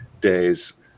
days